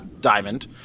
diamond